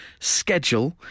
schedule